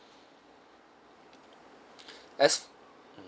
as